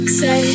say